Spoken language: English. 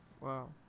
Wow